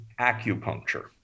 acupuncture